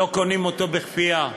לא קונים אותו בכפייה.